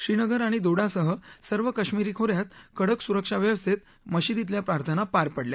श्रीनगर आणि दोडासह सर्व काश्मिर खो यात कडक सुरक्षाव्यवस्थेत मशिदीतल्या प्रार्थना पार पडल्या